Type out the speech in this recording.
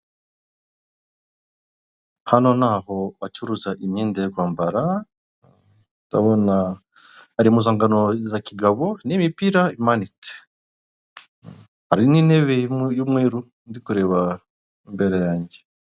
Hano ni aho bacuruza imyenda yo kwambara, ndabona hari impuzankano z'akigabo n'imipira imanitse. Hari n'intebe y'umweru ndikureba imbere yange.